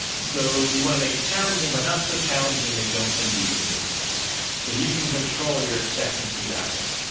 so you want to make it challenging but not so challenging that you don't think you can do it so you can control your expectancy that way